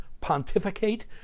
pontificate